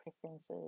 preferences